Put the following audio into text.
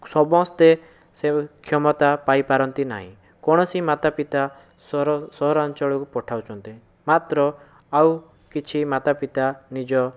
ସମସ୍ତେସେ କ୍ଷମତା ପାଇ ପାରନ୍ତି ନାହିଁ କୌଣସି ମାତା ପିତା ସହରାଞ୍ଚଳକୁ ପଠାଉଛନ୍ତି ମାତ୍ର ଆଉ କିଛି ମାତା ପିତା ନିଜ